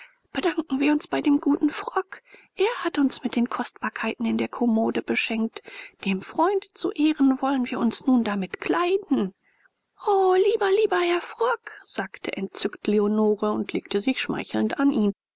bedanken wir uns bei dem guten frock er hat uns mit den kostbarkeiten in der kommode beschenkt dem freund zu ehren wollen wir uns nun damit kleiden o lieber lieber herr frock sagte entzückt leonore und legte sich schmeichelnd an ihn